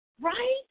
Right